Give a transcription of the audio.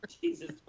Jesus